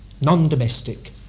non-domestic